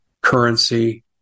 currency